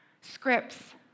scripts